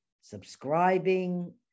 subscribing